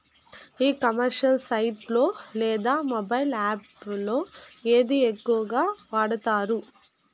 ఈ commerce site లో లేదా మొబైల్ యాప్ లో ఏది ఎక్కువగా వాడుతారు?